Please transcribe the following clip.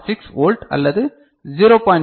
6 volt அல்லது 0